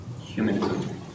humanism